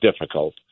difficult